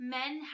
Men